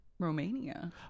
Romania